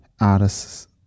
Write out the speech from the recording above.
artists